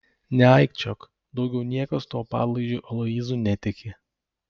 neaikčiok daugiau niekas tuo padlaižiu aloyzu netiki